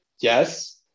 Yes